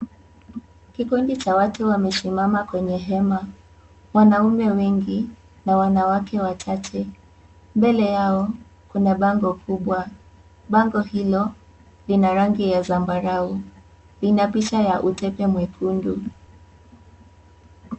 Kikundi cha watu wamesimama kwenye hema, wanaume wengi na wanawake wachache. Mbele yao kuna bango kubwa. Bango hilo lina rangi ya zambarau. Lina picha ya utepe mwekundu.